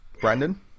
Brandon